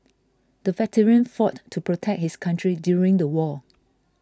the veteran fought to protect his country during the war